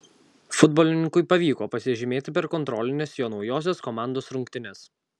futbolininkui pavyko pasižymėti per kontrolines jo naujosios komandos rungtynes